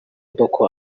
boko